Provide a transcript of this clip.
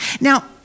Now